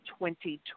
2020